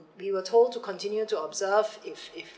we were told to continue to observe if if